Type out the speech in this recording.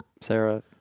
Sarah